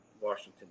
Washington